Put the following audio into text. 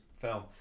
film